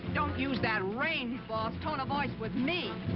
don't use that range boss tone of voice with me!